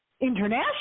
international